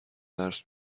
درس